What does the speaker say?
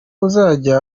uzajya